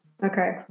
Okay